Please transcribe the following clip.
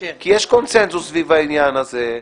כי יש קונצנזוס סביב העניין הזה.